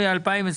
מי בעד?